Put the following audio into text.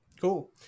cool